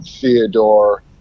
Theodore